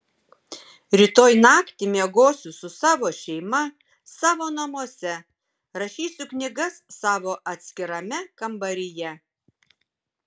rytoj naktį miegosiu su savo šeima savo namuose rašysiu knygas savo atskirame kambaryje